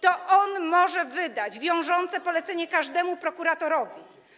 To on może wydać wiążące polecenie każdemu prokuratorowi.